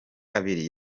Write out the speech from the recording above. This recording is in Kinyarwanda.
abiri